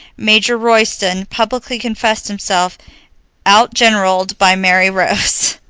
major royston publicly confessed himself outgeneraled by merry rose.